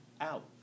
out